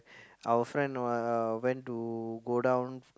our friend uh uh went to go down